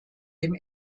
dem